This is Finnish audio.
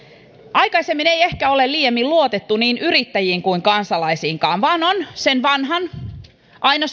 aikaisemmin ei ehkä ole liiemmin luotettu sen enempää yrittäjiin kuin kansalaisiinkaan vaan on sen vanhan aina